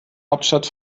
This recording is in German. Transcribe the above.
hauptstadt